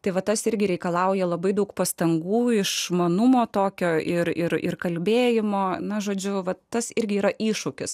tai va tas irgi reikalauja labai daug pastangų išmanumo tokio ir ir ir kalbėjimo na žodžiu va tas irgi yra iššūkis